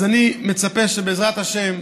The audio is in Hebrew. אז אני מצפה שבעזרת השם,